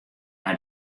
nei